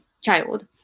child